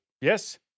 Yes